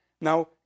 Now